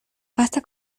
basta